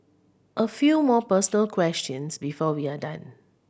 a few more personal questions before we are done